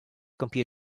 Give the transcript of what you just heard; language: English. compute